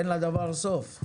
אין לדבר סוף,